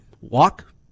walk